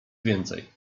więcej